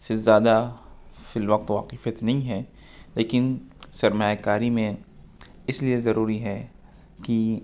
سے زیادہ فی الوقت واقفیت نہیں ہے لیکن سرمایہ کاری میں اس لیے ضروری ہے کہ